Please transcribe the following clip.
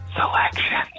selection